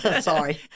Sorry